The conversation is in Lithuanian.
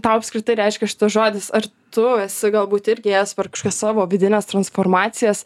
tau apskritai reiškia šitas žodis ar tu esi galbūt irgi ėjęs per kažkokias savo vidines transformacijas